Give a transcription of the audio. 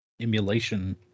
Emulation